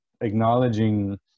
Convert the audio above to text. acknowledging